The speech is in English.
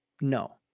No